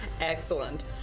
Excellent